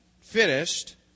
finished